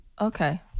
Okay